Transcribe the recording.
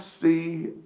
see